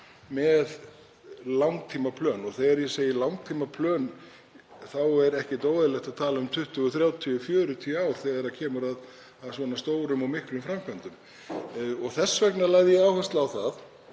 með langtímaplön. Þegar ég segi langtímaplön þá er ekkert óeðlilegt að tala um 20, 30, 40 ár þegar kemur að svona stórum og miklum framkvæmdum. Þess vegna lagði ég áherslu á það